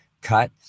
cut